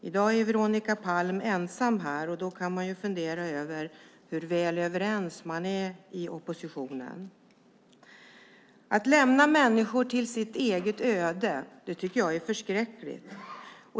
I dag är Veronica Palm ensam här, och då funderar jag hur överens man är i oppositionen. Att lämna människor till sitt eget öde tycker jag är förskräckligt.